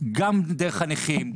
גם דרך הנכים,